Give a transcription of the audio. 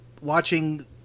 watching